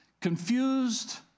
confused